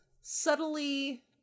subtly